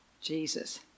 Jesus